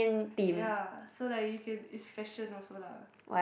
ya so like you can it's fashion also lah